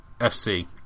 FC